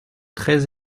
très